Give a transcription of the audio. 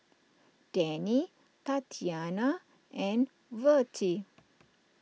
Denny Tatyanna and Vertie